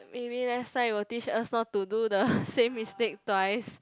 maybe next time will teach us not to do the same mistake twice